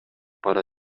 бара